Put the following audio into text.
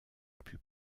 plus